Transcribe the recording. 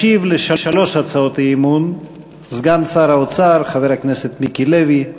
ישיב על שלוש הצעות האי-אמון סגן שר האוצר חבר הכנסת מיקי לוי.